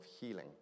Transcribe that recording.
healing